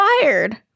fired